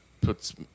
puts